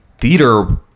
theater